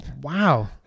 Wow